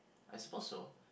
I suppose so